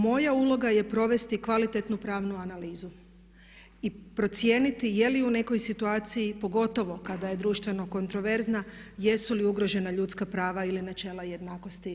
Moja uloga je provesti kvalitetnu pravnu analizu i procijeniti je li u nekoj situaciji pogotovo kada je društveno kontroverzna jesu li ugrožena ljudska prava ili načela jednakosti.